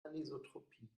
anisotropie